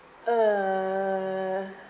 uh